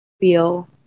feel